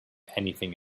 anything